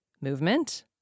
movement